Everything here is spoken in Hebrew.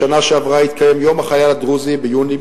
בשנה שעברה התקיים יום החייל הדרוזי ביוני,